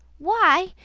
why!